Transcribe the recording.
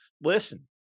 listen